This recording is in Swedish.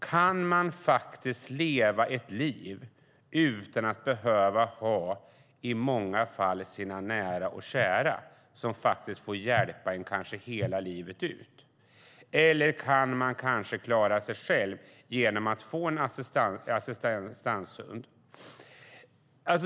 Man kanske kan leva sitt liv utan att behöva ha sina nära och nära som hjälper en, kanske livet ut, och i stället klara sig själv om man får en assistanshund.